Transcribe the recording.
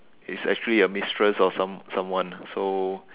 it's actually a mistress or some someone so